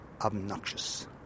obnoxious